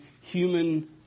human